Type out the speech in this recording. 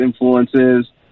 influences